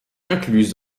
incluse